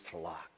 flock